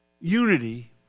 Unity